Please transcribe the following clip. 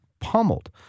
pummeled